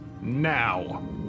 Now